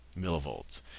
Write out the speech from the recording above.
millivolts